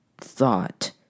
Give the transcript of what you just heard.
thought